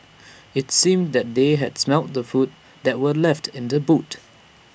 IT seemed that they had smelt the food that were left in the boot